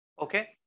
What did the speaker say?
Okay